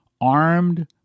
Armed